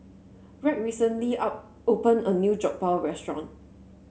Wright recently up opened a new Jokbal restaurant